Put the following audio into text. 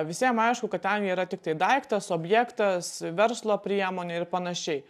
visiem aišku kad ten jie yra tiktai daiktas objektas verslo priemonė ir panašiai